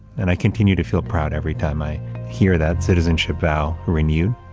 and i continue to feel proud every time i hear that citizenship vow renewed.